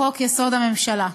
לחוק-יסוד: הממשלה.